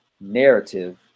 narrative